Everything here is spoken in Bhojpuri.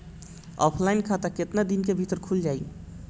ऑफलाइन खाता केतना दिन के भीतर खुल जाई?